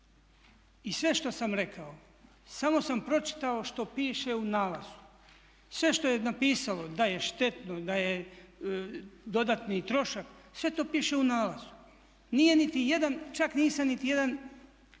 I sve što sam rekao samo sam pročitao što piše u nalazu. Sve što je napisano da je štetno, da je dodatni trošak sve to piše u nalazu. Nije nitijedan,